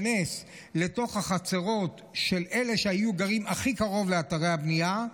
נכנסים לתוך החצרות של אלה שהיו גרים הכי קרוב לאתרי הבנייה,